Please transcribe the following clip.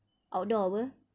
outdoor [pe]